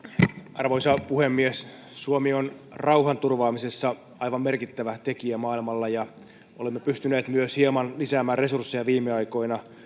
arvoisa puhemies suomi on rauhanturvaamisessa aivan merkittävä tekijä maailmalla olemme pystyneet myös hieman lisäämään resursseja viime aikoina